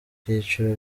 byiciro